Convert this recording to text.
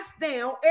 down